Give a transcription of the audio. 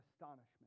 astonishment